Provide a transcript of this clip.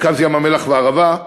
מרכז ים-המלח והערבה.